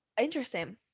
Interesting